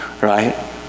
right